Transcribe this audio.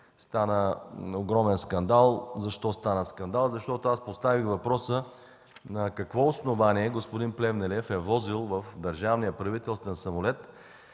стана огромен скандал. Защо стана скандал? Защото поставих въпроса на какво основание господин Плевнелиев е возил в държавния, в правителствения самолет